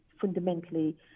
fundamentally